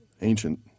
ancient